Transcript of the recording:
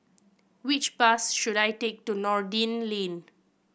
which bus should I take to Noordin Lane